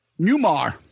Newmar